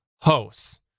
hosts